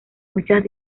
muchas